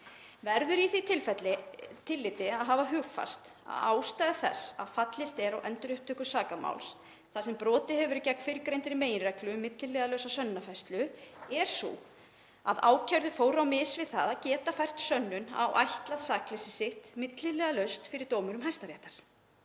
Verður í því tilliti að hafa hugfast að ástæða þess að fallist er á endurupptöku sakamáls, þar sem brotið hefur verið gegn fyrrgreindri meginreglu um milliliðalausa sönnunarfærslu, er sú að ákærðu fóru á mis við það að geta fært sönnur á ætlað sakleysi sitt milliliðalaust fyrir dómurum Hæstaréttar.